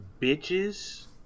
bitches